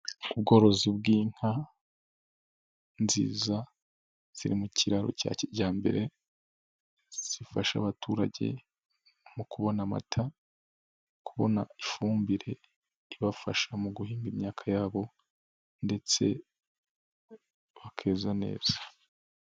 Ubworozi bw'inka nziza ziri mu kiraro cya kijyambere zifasha abaturage mu kubona amata, kubona ifumbire ibafasha mu guhimba imyaka yabo ndetse bakeza neza.